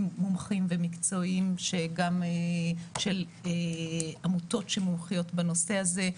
מומחים ומקצועיים של עמותות שמומחיות בנושא הזה.